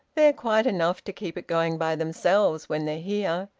they're quite enough to keep it going by themselves when they're here.